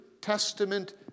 Testament